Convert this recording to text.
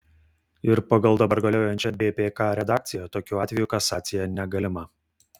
ir pagal dabar galiojančią bpk redakciją tokiu atveju kasacija negalima